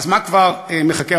אז מה כבר מחכה?